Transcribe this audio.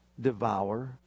devour